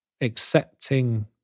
Accepting